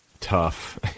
tough